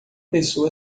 pessoa